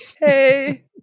hey